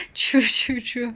true true true